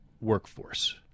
workforce